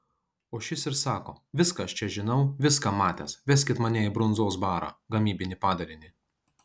o šis ir sako viską aš čia žinau viską matęs veskit mane į brundzos barą gamybinį padalinį